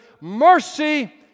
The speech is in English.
Mercy